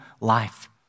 life